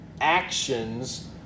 actions